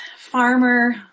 farmer